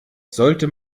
sollte